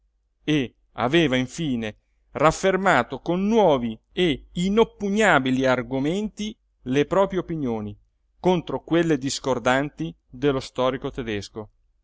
e aveva infine raffermato con nuovi e inoppugnabili argomenti le proprie opinioni contro quelle discordanti dello storico tedesco